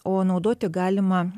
o naudoti galima